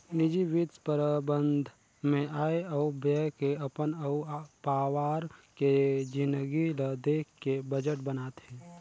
निजी बित्त परबंध मे आय अउ ब्यय के अपन अउ पावार के जिनगी ल देख के बजट बनाथे